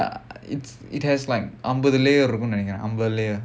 ya it's it has like அம்பது:ambathu layer இருக்கும்னு நினைக்கிறேன் அம்பது:irukkumnu ninaikkiraen layer